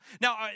Now